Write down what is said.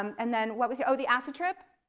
um and then what was your oh, the acid trip.